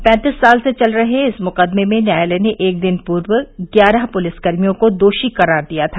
पैंतीस साल से चल रहे इस मुकदमे में न्यायालय ने एक दिन पूर्व ग्यारह पुलिसकर्मियों को दोषी करार दिया था